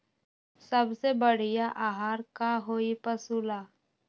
सबसे बढ़िया आहार का होई पशु ला?